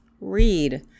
read